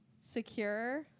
Secure